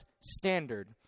standard